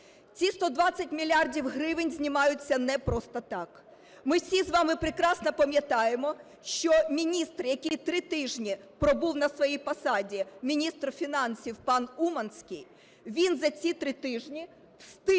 Ці 120 мільярдів гривень знімаються не просто так, ми всі з вами прекрасно пам'ятаємо, що міністр, який три тижні пробув на своїй посаді, міністр фінансів пан Уманський, він за ці три тижні встиг